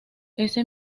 ese